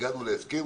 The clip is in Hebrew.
הגענו להסכם,